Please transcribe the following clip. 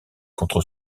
contre